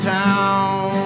town